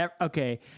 Okay